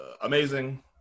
amazing